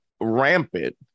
rampant